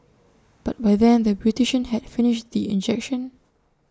but by then the beautician had finished the injection